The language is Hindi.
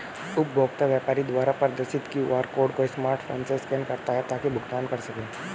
उपभोक्ता व्यापारी द्वारा प्रदर्शित क्यू.आर कोड को स्मार्टफोन से स्कैन करता है ताकि भुगतान कर सकें